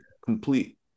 complete